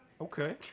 Okay